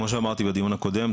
כמו שאמרתי בדיון הקודם,